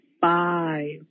five